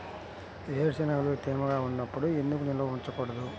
వేరుశనగలు తేమగా ఉన్నప్పుడు ఎందుకు నిల్వ ఉంచకూడదు?